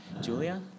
Julia